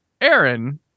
Aaron